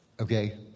okay